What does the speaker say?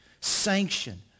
sanction